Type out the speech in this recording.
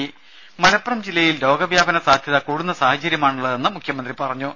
രുമ മലപ്പുറം ജില്ലയിൽ രോഗവ്യാപന സാധ്യത കൂടുന്ന സാഹചര്യമാണുള്ളതെന്ന് മുഖ്യമന്ത്രി പറഞ്ഞു